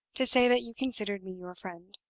to say that you considered me your friend.